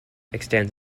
extends